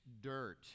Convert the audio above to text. dirt